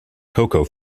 cocoa